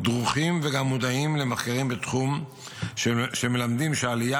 דרוכים וגם מודעים למחקרים בתחום שמלמדים שעלייה